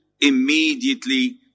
immediately